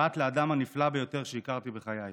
ובת לאדם הנפלא ביותר שהכרתי בחיי,